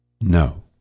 No